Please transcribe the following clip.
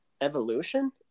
evolution